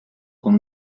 con